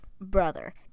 Brother